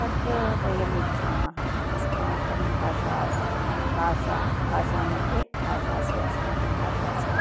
तद् वयम् इच्छामः अस्माकं भाषासु भाषा भाषामध्ये भाषासु अस्माकं भाषासु